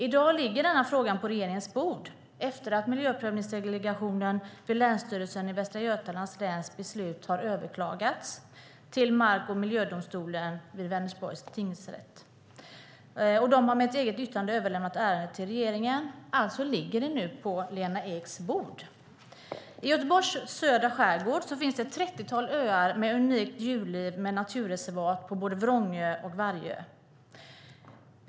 I dag ligger denna fråga på regeringens bord, efter att beslutet i miljöprövningsdelegationen vid Länsstyrelsen i Västra Götalands län har överklagats till mark och miljödomstolen vid Vänersborgs tingsrätt. De har med ett eget yttrande överlämnat ärendet till regeringen. Alltså ligger det nu på Lena Eks bord. I Göteborgs södra skärgård finns det ett trettiotal öar med ett unikt djurliv med naturreservat på både Vrångö och Vargö.